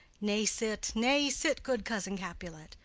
nay, sit, nay, sit, good cousin capulet,